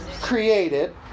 created